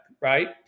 right